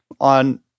on